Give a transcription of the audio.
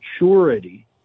maturity